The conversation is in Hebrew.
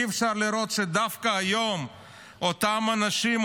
אי-אפשר לראות שדווקא היום אותם אנשים,